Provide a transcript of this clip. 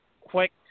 quick